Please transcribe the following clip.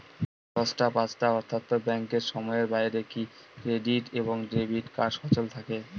দশটা পাঁচটা অর্থ্যাত ব্যাংকের সময়ের বাইরে কি ক্রেডিট এবং ডেবিট কার্ড সচল থাকে?